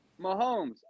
Mahomes